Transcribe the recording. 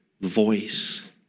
voice